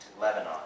Lebanon